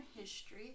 history